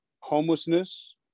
homelessness